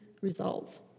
results